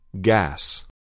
Gas